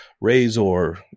Razor